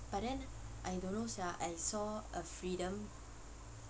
but then I don't know sia I saw a freedom